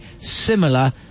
similar